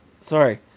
sorry